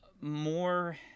more